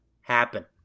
happen